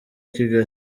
kigali